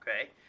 okay